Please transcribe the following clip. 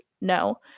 No